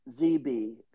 ZB